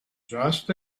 just